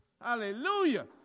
Hallelujah